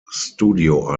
studio